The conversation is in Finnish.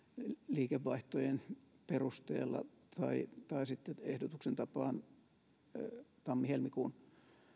liikevaihtojen perusteella tai tai sitten ehdotuksen tapaan tammi helmikuun